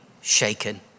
shaken